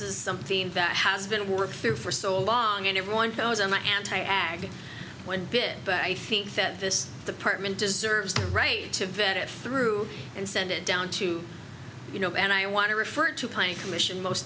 is something that has been worked through for so long and everyone knows i'm anti active one bit but i think that this the partment deserves the right to vet it through and send it down to you know and i want to refer to high commission most